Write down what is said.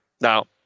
now